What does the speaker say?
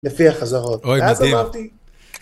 לפי החזרות, אז אמרתי.